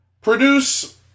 Produce